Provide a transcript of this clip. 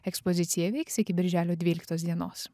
ekspozicija veiks iki birželio dvyliktos dienos